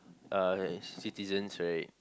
uh citizens right